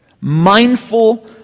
Mindful